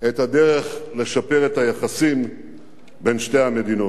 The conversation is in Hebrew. את הדרך לשפר את היחסים בין שתי המדינות.